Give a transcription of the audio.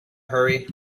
hurry